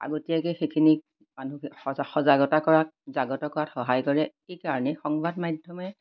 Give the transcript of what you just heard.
আগতীয়াকৈ সেইখিনি মানুহ সজা সজাগতা কৰাত জাগ্ৰত কৰাত সহায় কৰে এইকাৰণেই সংবাদ মাধ্যমে